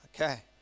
Okay